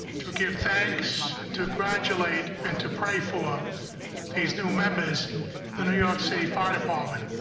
to give thanks and to graduate and to pray for these new members the new york city fire department